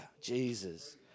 Jesus